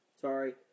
Sorry